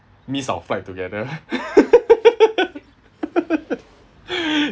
miss our flight together